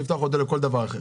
לפתוח אותו לכל דבר אחר.